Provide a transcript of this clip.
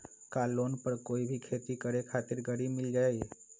का लोन पर कोई भी खेती करें खातिर गरी मिल जाइ?